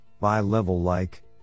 bi-level-like